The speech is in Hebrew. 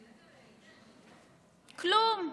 כלום.